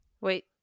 Wait